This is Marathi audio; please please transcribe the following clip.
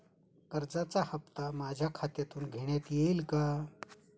कर्जाचा हप्ता माझ्या खात्यातून घेण्यात येईल का?